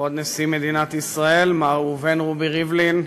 כבוד נשיא מדינת ישראל מר ראובן רובי ריבלין,